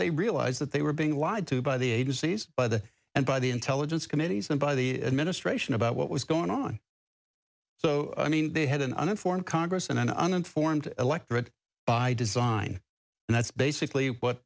they realized that they were being lied to by the agencies by the and by the intelligence committees and by the administration about what was going on so i mean they had an uninformed congress and an uninformed electorate by design and that's basically what